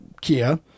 kia